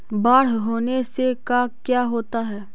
बाढ़ होने से का क्या होता है?